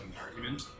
argument